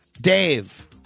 Dave